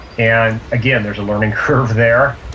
and again, there's a learning curve there.